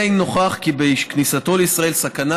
אלא אם כן נוכח כי יש בכניסתו לישראל סכנה